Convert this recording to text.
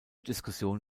diskussion